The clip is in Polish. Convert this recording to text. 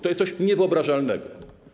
To jest coś niewyobrażalnego.